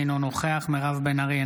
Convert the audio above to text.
אינו נוכח מירב בן ארי,